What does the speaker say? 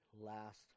last